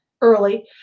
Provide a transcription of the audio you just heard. early